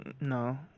No